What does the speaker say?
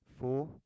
four